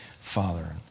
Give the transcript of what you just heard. father